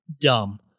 dumb